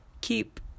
keep